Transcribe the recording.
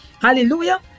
Hallelujah